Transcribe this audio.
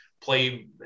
play